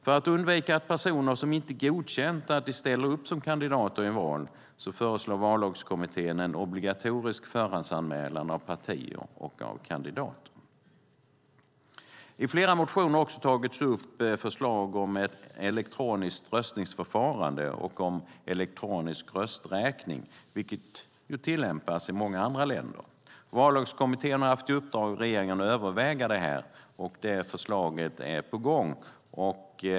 För att undvika att personer som inte har godkänt att ställa upp som kandidater i val ska bli valda föreslår Vallagskommittén en obligatorisk förhandsanmälan av partier och av kandidater. I flera motioner har det också tagits upp förslag om elektroniskt röstningsförfarande och elektronisk rösträkning, vilket tillämpas i många andra länder. Vallagskommittén har haft i uppdrag av regeringen att överväga detta. Det förslaget är på gång.